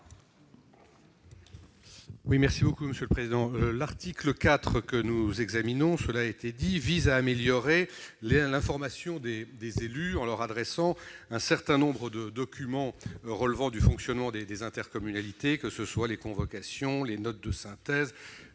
L'article 4 vise à améliorer l'information des élus en leur adressant un certain nombre de documents relevant du fonctionnement des intercommunalités, que ce soit les convocations, les notes de synthèse,